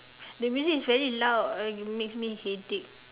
the music is very loud uh makes me headache